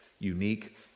unique